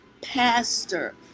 pastor